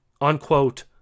unquote